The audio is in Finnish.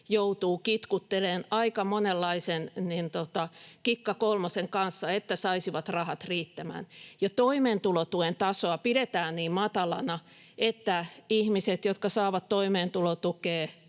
joutuvat kitkuttelemaan aika monenlaisen kikka kolmosen kanssa, että saisivat rahat riittämään. Jo toimeentulotuen tasoa pidetään niin matalana, että ihmiset, jotka saavat toimeentulotukea,